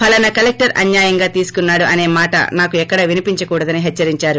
ఫలానా కలెక్టర్ అన్యాయంగా తీసుకున్నాడు అసే మాట నాకు ఎక్కడా వినిపించకూడదని హెచ్చరిందారు